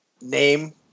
name